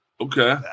Okay